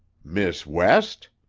miss west?